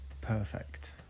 perfect